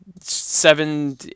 seven